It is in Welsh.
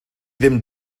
ddim